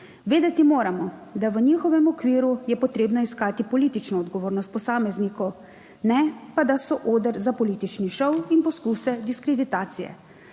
Vedeti moramo, da v njihovem okviru je potrebno iskati politično odgovornost posameznikov, ne pa da so oder za politični šov in poskuse diskreditacije.